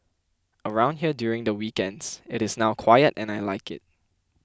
around here during the weekends it is now quiet and I like it